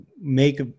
make